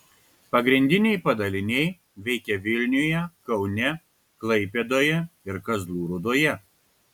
pagrindiniai padaliniai veikia vilniuje kaune klaipėdoje ir kazlų rūdoje